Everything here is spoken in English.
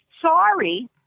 Sorry